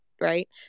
right